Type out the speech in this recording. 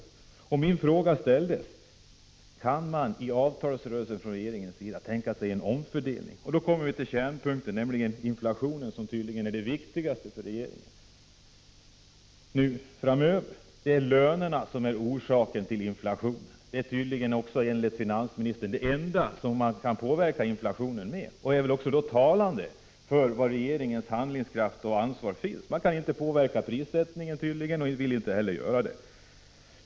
Jag ställde i min interpellation frågan om man från regeringens sida kan tänka sig att underlätta en avtalsrörelse som syftar till en omfördelning. Av statsrådets svar framgår att kärnpunkten är inflationen, som tydligen är det viktigaste för regeringen framöver. Det sägs att det är lönestegringarna som är orsaken till inflationen. Även enligt finansministern är minskade löneökningar uppenbarligen det enda som man kan påverka inflationen med. Det är väl också talande för regeringens handlingskraft och ansvar. Man kan tydligen inte påverka prissättningen, och man vill inte heller göra det.